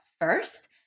first